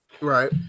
Right